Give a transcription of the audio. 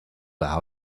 our